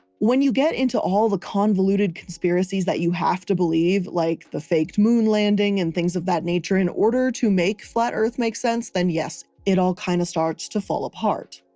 when you get into all the convoluted conspiracies that you have to believe like the faked moon landing and things of that nature in order to make flat earth make sense, then yes, it all kinda kind of starts to fall apart.